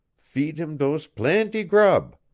feed heem dose plaintee grub.